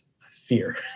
fear